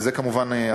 וכמובן,